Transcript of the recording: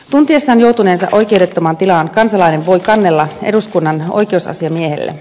tuntiessaan joutuneensa oikeudettomaan tilaan kansalainen voi kannella eduskunnan oikeusasiamiehelle